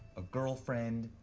a girlfriend?